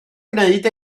gwneud